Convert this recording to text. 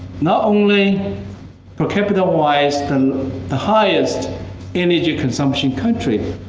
not only per-capita wise the and the highest energy consumption country,